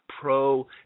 pro